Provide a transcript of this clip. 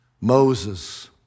Moses